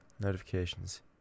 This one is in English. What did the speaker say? Notifications